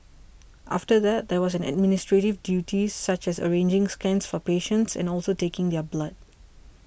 after that there was administrative duties such as arranging scans for patients and also taking their blood